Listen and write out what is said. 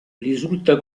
risulta